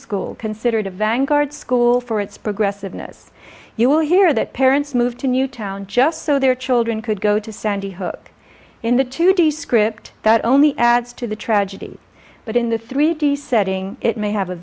school considered a vanguard school for its progressiveness you will hear that parents moved to newtown just so their children could go to sandy hook in the two d script that only adds to the tragedy but in the three d setting it may have a